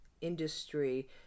industry